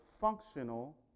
functional